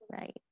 Right